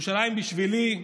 ירושלים בשבילי,